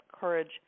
courage